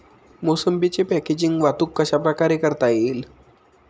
मोसंबीची पॅकेजिंग वाहतूक कशाप्रकारे करता येईल?